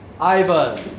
Ivan